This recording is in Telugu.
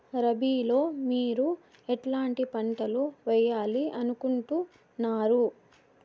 రబిలో మీరు ఎట్లాంటి పంటలు వేయాలి అనుకుంటున్నారు?